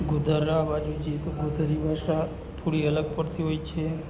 ગોધરા બાજુ જઈએ તો ગોધરી ભાષા થોડી અલગ પડતી હોય છે